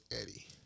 Eddie